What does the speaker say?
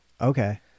Okay